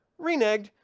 Reneged